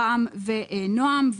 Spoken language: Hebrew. רע"ש ונעם.